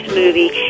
movie